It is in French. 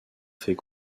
fait